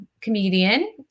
comedian